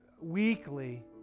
weekly